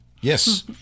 Yes